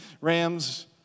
rams